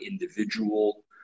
individual